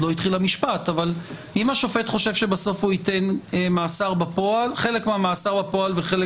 עוד לא התחיל המשפט שבסוף הוא ייתן חלק מאסר בפועל וחלק